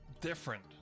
different